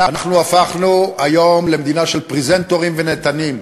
אנחנו הפכנו היום למדינה של פרזנטורים ונהנתנים.